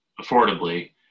affordably